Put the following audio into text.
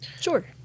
Sure